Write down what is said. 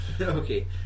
Okay